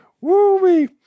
Woo-wee